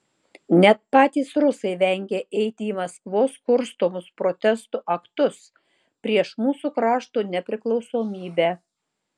net patys rusai vengia eiti į maskvos kurstomus protestų aktus prieš mūsų krašto nepriklausomybę